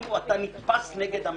כאילו אתה נתפס נגד המערכת.